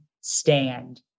stand